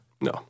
No